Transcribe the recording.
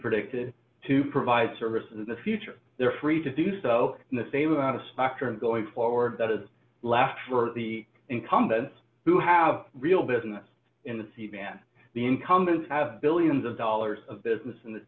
predicted to provide services in the future they're free to do so in the same amount of spectrum going forward that is left for the incumbents who have real business in the sea than the incumbents have billions of dollars of business in the